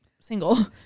single